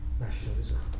nationalism